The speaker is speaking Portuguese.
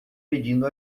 pedindo